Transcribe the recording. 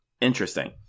interesting